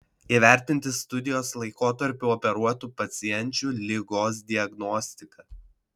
įvertinti studijos laikotarpiu operuotų pacienčių ligos diagnostiką